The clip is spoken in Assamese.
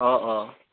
অঁ অঁ